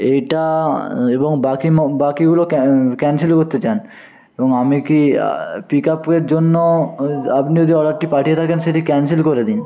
এইটা এবং বাকি বাকিগুলো ক্যানসেল করতে চান এবং আমি কি পিক আপের জন্য আপনি যদি অর্ডারটি পাঠিয়ে থাকেন সেটি ক্যানসেল করে দিন